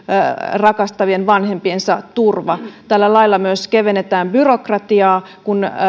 rakastavien vanhempiensa turva tällä lailla myös kevennetään byrokratiaa kun